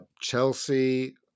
Chelsea